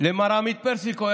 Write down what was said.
למר עמית פרסיקו,